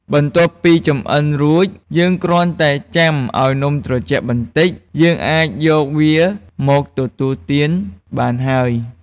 បន្ទាប់ពីចម្អិនរួច យើងគ្រាន់តែចាំឱ្យនំត្រជាក់បន្តិច យើងអាចយកវាមកទទួលទានបានហើយ។